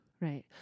Right